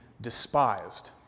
despised